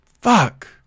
fuck